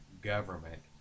government